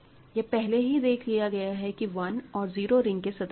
यह पहले ही देख लिया गया है कि 1 और 0 रिंग के सदस्य है